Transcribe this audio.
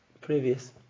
previous